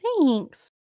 thanks